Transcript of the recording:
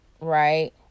right